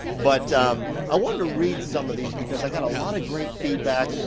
but i wanted to read some of these, because i got a lot of great feedback.